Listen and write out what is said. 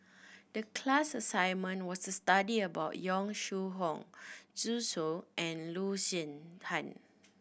the class assignment was to study about Yong Shu Hoong Zhu Xu and Loo Zihan